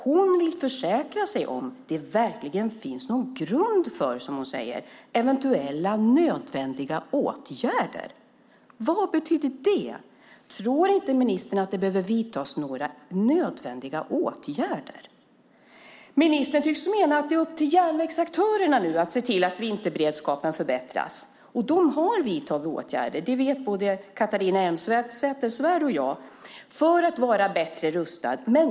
Hon vill försäkra sig om att det verkligen finns någon grund för "eventuella nödvändiga åtgärder". Vad betyder det? Tror inte ministern att det behöver vidtas några nödvändiga åtgärder? Ministern tycks mena att det nu är upp till järnvägsaktörerna att se till att vinterberedskapen förbättras. De har vidtagit åtgärder - det vet både Catharina Elmsäter-Svärd och jag - för att vara bättre rustade.